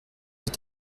vais